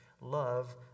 love